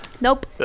Nope